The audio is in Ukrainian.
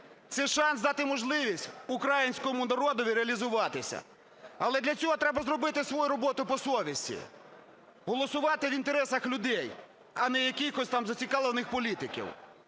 Це шанс дати можливість українському народові реалізуватися. Але для цього треба зробити свою роботу по совісті, голосувати в інтересах людей, а не якихось там зацікавлених політиків,